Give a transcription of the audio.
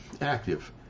active